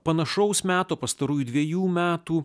panašaus meto pastarųjų dvejų metų